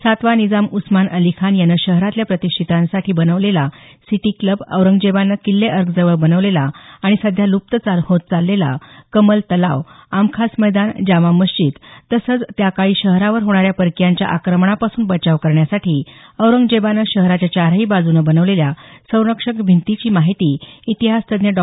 सातवा निजाम उस्मान अली खान यानं शहरातल्या प्रतिष्ठीतांसाठी बनवेला सिटी कल्ब औरंगजेबानं किल्ले अर्कजवळ बनवलेला आणि सध्या लुप्त होत चाललेला कमल तलाव आमखास मैदान जामा मशीद तसंच त्याकाळी शहरावर होणाऱ्या परकियांच्या आक्रमणापासून बचाव करण्यासाठी औरंगजेबानं शहराच्या चारही बाजूनं बनवलेल्या संरक्षक भिंतीची माहिती इतिहास तज्ञ डॉ